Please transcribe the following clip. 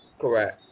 Correct